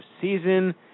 season